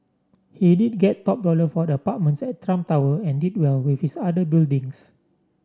he did get top dollar for the apartments at Trump Tower and did well with his other buildings